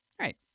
right